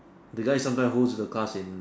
that guy sometime holds the class in